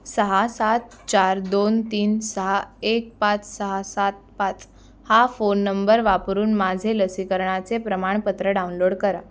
सहा सात चार दोन तीन सहा एक पाच सहा सात पाच हा फोन नंबर वापरून माझे लसीकरणाचे प्रमाणपत्र डाउनलोड करा